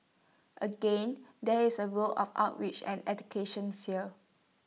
again there is A role of outreach and eductions here